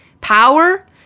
Power